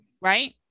Right